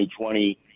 2020